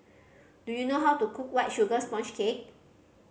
do you know how to cook White Sugar Sponge Cake